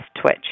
Twitch